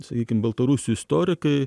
sakykim baltarusių istorikai